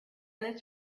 this